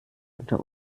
unter